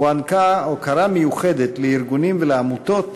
הוענקה הוקרה מיוחדת לארגונים ולעמותות